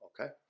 okay